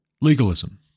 legalism